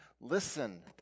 Listen